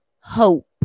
hope